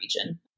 region